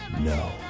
No